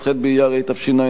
כ"ח באייר התשע"א,